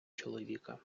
чоловіка